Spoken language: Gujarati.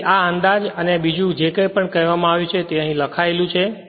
તેથી આ અંદાજ અને બીજું બધું જે કંઈપણ કહેવામાં આવ્યું છે તે અહીં લખાયેલું છે